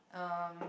um